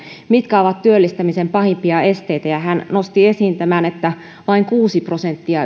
mitkä ovat työllistämisen pahimpia esteitä hän nosti esiin tämän että vain kuusi prosenttia